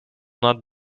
not